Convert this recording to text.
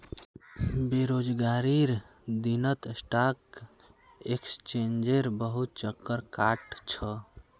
बेरोजगारीर दिनत स्टॉक एक्सचेंजेर बहुत चक्कर काट छ